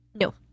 No